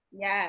Yes